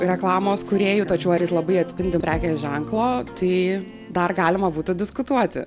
reklamos kūrėjų tačiau ar jis labai atspindi prekinį ženklo tai dar galima būtų diskutuoti